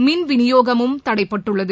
மின் வினியோகமும் தடைப்பட்டுள்ளது